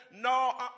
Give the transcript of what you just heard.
No